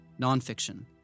nonfiction